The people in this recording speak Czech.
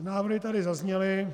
Návrhy tady zazněly.